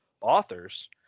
authors